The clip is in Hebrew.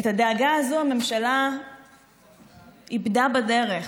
את הדאגה הזו הממשלה איבדה בדרך.